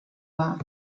war